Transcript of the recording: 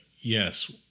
yes